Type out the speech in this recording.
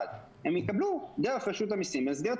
הם יקבלו דרך רשות המסים להסדיר את